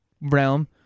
realm